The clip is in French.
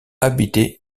habité